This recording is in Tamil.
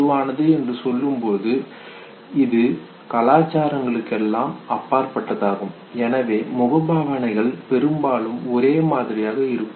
பொதுவானது என்று சொல்லும்பொழுது இது கலாச்சாரங்களுக்கு எல்லாம் அப்பாற்பட்டதாகும் எனவே முகபாவனைகள் பெரும்பாலும் ஒரே மாதிரியாக இருக்கும்